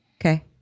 Okay